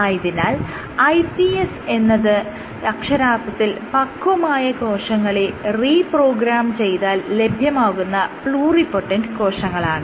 ആയതിനാൽ iPS എന്നത് അക്ഷരാർത്ഥത്തിൽ പക്വമായ കോശങ്ങളെ റീ പ്രോഗ്രാം ചെയ്താൽ ലഭ്യമാകുന്ന പ്ലൂറിപൊട്ടൻറ് കോശങ്ങളാണ്